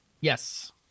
Yes